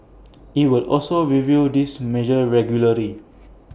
IT will also review these measures regularly